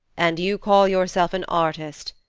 and you call yourself an artist!